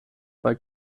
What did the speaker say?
bei